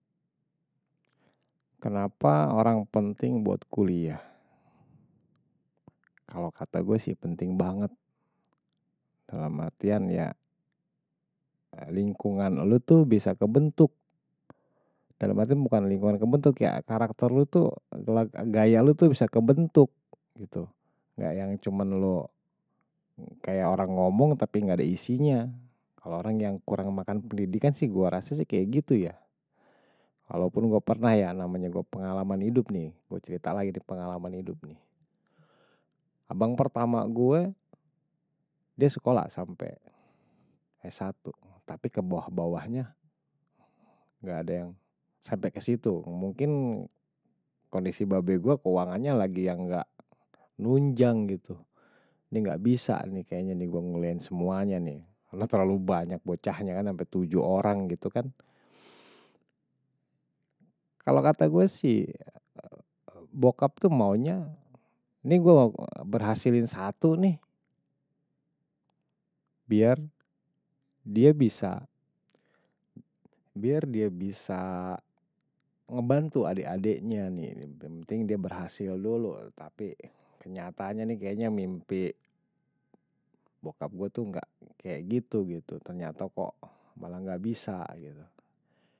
Kenapa orang penting buat kuliah kalau kata gue sih penting banget dalam artian ya lingkungan elu tuh bisa kebentuk dalam arti bukan lingkungan kebentuk ya karakter lu tuh kayak gaya lu tuh bisa kebentuk gitu gak yang cuman lu kayak orang ngomong tapi gak ada isinya kalau orang yang kurang makan pendidikan sih gue rasa sih kayak gitu ya walaupun gue pernah ya namanya gue pengalaman hidup nih gue cerita lagi nih pengalaman hidup nih abang pertama gue dia sekolah sampai s1 tapi ke bawah bawahnya gak ada yang sampai ke situ mungkin kondisi babe gue keuangannya lagi yang gak nunjang gitu ini gak bisa nih kayaknya nih gue nguliahin semuanya nih ada terlalu banyak bocahnya kan sampai tujuh orang gitu kan kalau kata gue sih bokap tuh maunya ini gue berhasilin satu nih biar dia bisa biar dia bisa ngebantu adek adeknya nih penting dia berhasil dulu tapi kenyataannya nih kayaknya mimpi bokap gue tuh gak kayak gitu gitu ternyata kok malah gak bisa gitu.